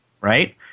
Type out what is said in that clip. Right